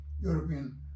European